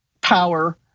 power